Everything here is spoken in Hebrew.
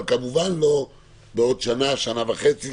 אבל זה כמובן לא יהיה בעוד שנה או שנה וחצי,